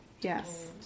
Yes